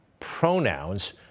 pronouns